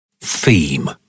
Theme